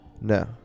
No